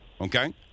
okay